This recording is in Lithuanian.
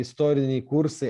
istoriniai kursai